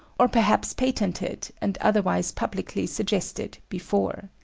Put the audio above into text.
or perhaps patented and otherwise publicly suggested, before.